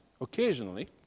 occasionally